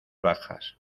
bajas